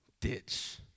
ditch